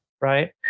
Right